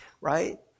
right